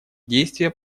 действия